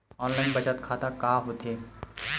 Online बचत खाता का होथे?